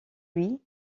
lui